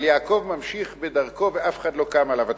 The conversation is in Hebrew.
אבל יעקב ממשיך בדרכו, ואף אחד לא קם עליו.